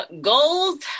Goals